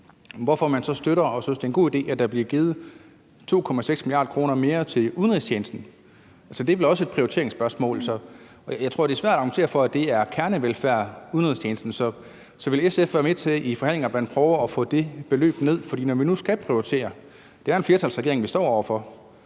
hvorfor støtter man så og synes, det er en god ide, at der bliver givet 2,6 mia. kr. mere til udenrigstjenesten? Det er vel også et prioriteringsspørgsmål. Jeg tror, det er svært at argumentere for, at udenrigstjenesten er kernevelfærd. Så vil SF være med til i forhandlingerne at prøve at få det beløb ned? For når vi nu skal prioritere – det er jo en flertalsregering, vi står over for